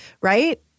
right